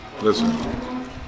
listen